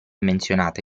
menzionata